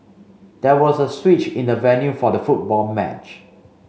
there was a switch in the venue for the football match